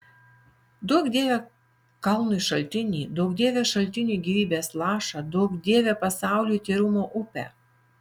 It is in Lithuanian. duok dieve kalnui šaltinį duok dieve šaltiniui gyvybės lašą duok dieve pasauliui tyrumo upę